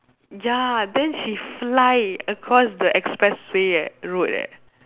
ya then she fly across the express way eh road eh